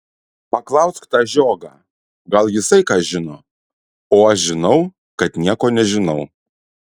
paklausk tą žiogą gal jisai ką žino o aš žinau kad nieko nežinau